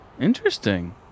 interesting